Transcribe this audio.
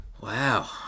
Wow